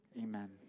amen